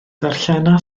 darllena